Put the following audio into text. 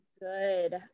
good